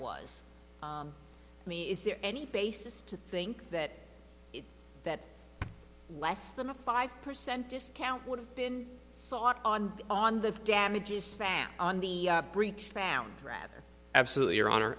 was me is there any basis to think that if that less than a five percent discount would have been sought on on the damages fan on the breach found rather absolutely your hon